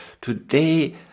Today